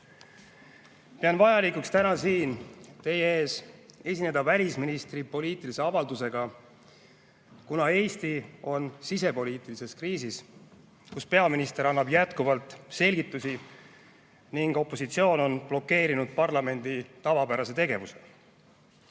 Pean vajalikuks täna siin teie ees esineda välisministri poliitilise avaldusega, kuna Eesti on sisepoliitilises kriisis, kus peaminister annab jätkuvalt selgitusi ning opositsioon on blokeerinud parlamendi tavapärase